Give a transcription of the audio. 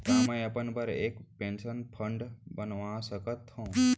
का मैं अपन बर एक पेंशन फण्ड बनवा सकत हो?